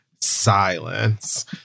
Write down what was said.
silence